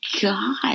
god